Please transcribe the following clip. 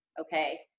okay